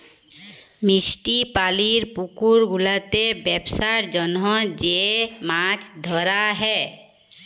মিষ্টি পালির পুকুর গুলাতে বেপসার জনহ যে মাছ ধরা হ্যয়